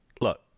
Look